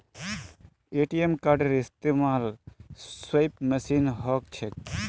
ATM कार्डेर इस्तमाल swipe मशीनत ह छेक